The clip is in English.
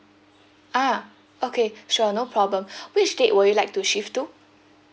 ah okay sure no problem which date would you like to shift to